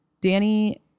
Danny